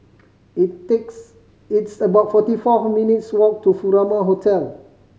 it takes it's about forty four minutes' walk to Furama Hotel